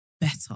better